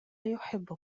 يحب